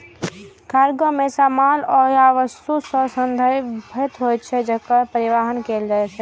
cargo हमेशा माल या वस्तु सं संदर्भित होइ छै, जेकर परिवहन कैल जाइ छै